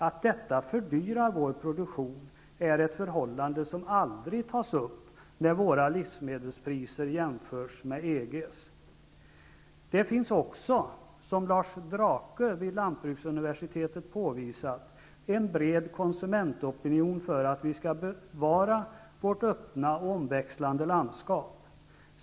Att detta fördyrar vår produktion är ett förhållande som aldrig tas upp när våra livsmedelspriser jämförs med EG:s. Det finns också, som Lars Drake vid Lantbruksuniversitetet påvisat, en bred konsumentopinion för att vi skall bevara vårt öppna och omväxlande landskap.